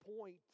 point